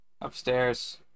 Upstairs